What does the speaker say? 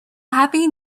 happy